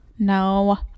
no